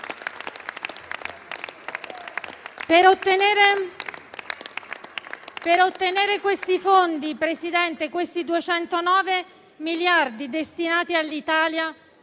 Per ottenere questi fondi, Presidente, questi 209 miliardi destinati all'Italia,